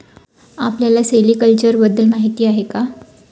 आपल्याला सेरीकल्चर बद्दल माहीती आहे का?